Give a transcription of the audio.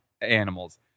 animals